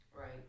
Right